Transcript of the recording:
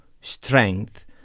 strength